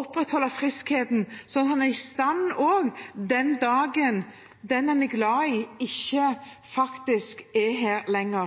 opprettholde friskheten, slik at en er i stand til ting den dagen den en er glad i, ikke er der lenger?